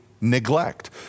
neglect